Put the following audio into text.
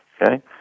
Okay